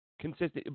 Consistent –